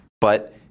but-